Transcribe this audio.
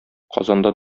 казанда